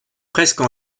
presque